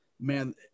man